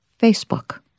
Facebook